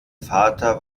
vater